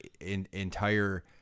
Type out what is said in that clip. entire